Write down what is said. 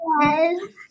Yes